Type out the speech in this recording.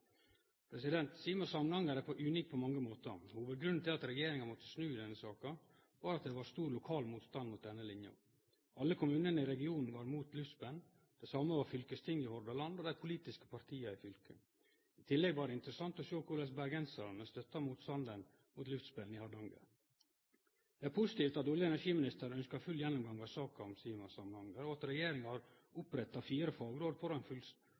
er unik på mange måtar. Hovudgrunnen til at regjeringa måtte snu i denne saka, var at det var stor lokal motstand mot denne linja. Alle kommunane i regionen var mot luftspenn. Det same var fylkestinget i Hordaland og dei politiske partia i fylket. I tillegg var det interessant å sjå korleis bergensarane støtta motstanden mot luftspenn i Hardanger. Det er positivt at olje- og energiministeren ønskjer full gjennomgang av saka om Sima–Samnanger, og at regjeringa har oppretta fire